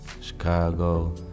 Chicago